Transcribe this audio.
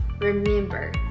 remember